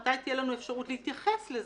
מתי תהיה לנו אפשרות להתייחס לזה?